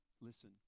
listen